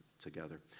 together